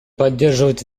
поддерживать